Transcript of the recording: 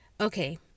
Okay